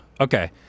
Okay